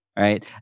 Right